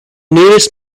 nearest